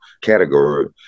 category